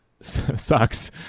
sucks